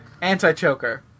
Anti-choker